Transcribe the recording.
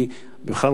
בכלל,